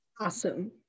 Awesome